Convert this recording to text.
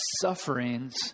sufferings